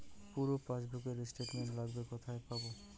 পুরো পাসবুকের স্টেটমেন্ট লাগবে কোথায় পাব?